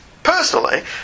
Personally